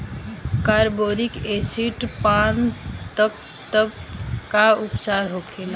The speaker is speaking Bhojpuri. कारबोलिक एसिड पान तब का उपचार होखेला?